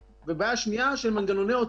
של מקורות תקציביים,